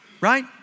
right